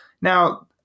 Now